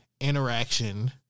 interaction